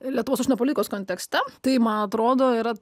lietuvos užsienio politikos kontekste tai man atrodo yra